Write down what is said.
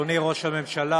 אדוני ראש הממשלה,